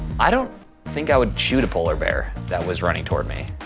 i don't think i would shoot a polar bear that was running toward me